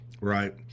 right